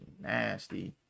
nasty